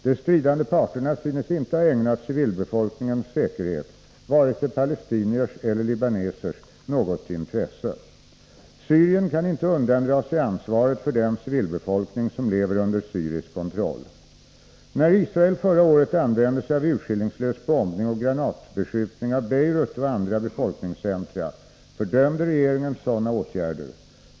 De stridande parterna synes inte ha ägnat civilbefolkningens säkerhet — vare sig palestiniers eller libanesers — något intresse. Syrien kan inte undandra sig ansvaret för den civilbefolkning som lever under syrisk kontroll. När Israel förra året använde sig av urskillningslös bombning och granatbeskjutning av Beirut och andra befolkningscentra fördömde regeringen sådana åtgärder.